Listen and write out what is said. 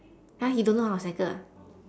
!huh! you don't know how to cycle ah